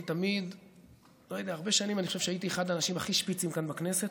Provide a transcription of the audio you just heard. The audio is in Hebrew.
אני חושב שהרבה שנים הייתי אחד האנשים הכי שפיצים כאן בכנסת,